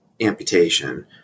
amputation